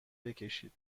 بکشید